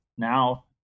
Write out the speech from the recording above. Now